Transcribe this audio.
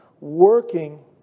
working